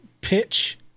pitch